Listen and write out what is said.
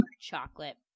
chocolate